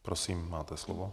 Prosím, máte slovo.